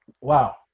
wow